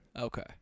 Okay